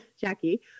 Jackie